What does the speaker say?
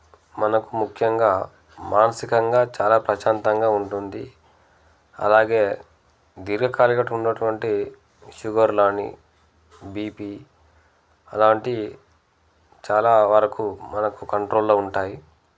మనకు ముఖ్యంగా మానసికంగా చాలా ప్రశాంతంగా ఉంటుంది అలాగే దీర్ఘకాలికంగా ఉన్నటువంటి షుగర్లని బిపీ అలాంటివి చాలావరకు మనకు కంట్రోల్లో ఉంటాయి